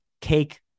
cake